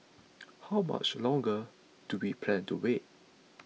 how much longer do we plan to wait